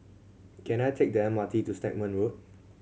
can I take the M R T to Stagmont Road